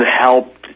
helped